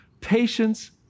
Patience